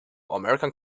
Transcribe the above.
american